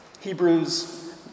Hebrews